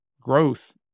growth